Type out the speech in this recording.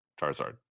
Charizard